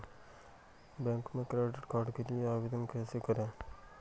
Bank में credit card के लिए आवेदन कैसे करें?